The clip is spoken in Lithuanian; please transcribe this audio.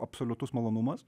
absoliutus malonumas